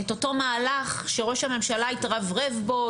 את אותו מהלך שראש הממשלה התרברב בו,